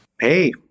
Hey